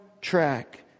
track